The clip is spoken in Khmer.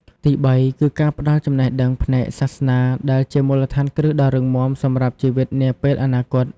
ទី៣ គឺការផ្ដល់ចំណេះដឹងផ្នែកសាសនាដែលជាមូលដ្ឋានគ្រឹះដ៏រឹងមាំសម្រាប់ជីវិតនាពេលអនាគត។